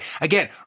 Again